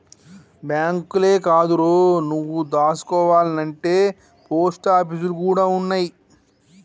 బాంకులే కాదురో, నువ్వు దాసుకోవాల్నంటే పోస్టాపీసులు గూడ ఉన్నయ్